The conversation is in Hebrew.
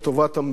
לפני הכול.